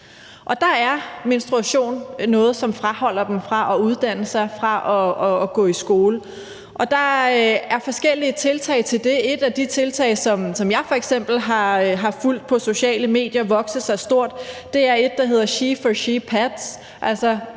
Der er menstruation noget, der afholder dem fra at uddanne sig, fra at gå i skole, og der er forskellige tiltag for at imødegå det. Et af de tiltag, som jeg f.eks. har fulgt på sociale medier vokse sig stort, er et, der hedder »She for She Pads«,